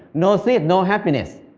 no seed, no happiness.